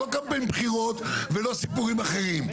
לא קמפיין בחירות ולא סיפורים אחרים.